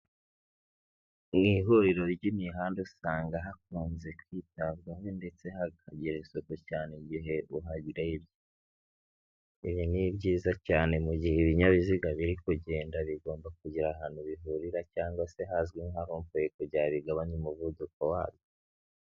Mu ihuriro ry'imihanda usanga hakunze kwitabwaho ndetse hakagira isuko cyane igihe uharebye, ibi ni byiza cyane mu gihe ibinyabiziga biri kugenda bigomba kugira ahantu bihurira cyangwa se hazwi nka rompuwe kugera bigabanye umuvuduko wabyo.